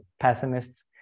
pessimists